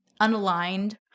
unaligned